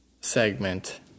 segment